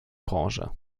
branche